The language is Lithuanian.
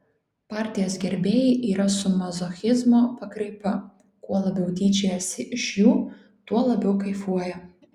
partijos gerbėjai yra su mazochizmo pakraipa kuo labiau tyčiojasi iš jų tuo labiau kaifuoja